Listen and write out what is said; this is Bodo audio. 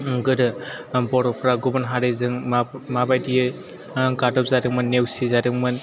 गोदो बर'फ्रा गुबुन हारिजों माब मा बायदियै गादब जादोंमोन नेवसि जादोंमोन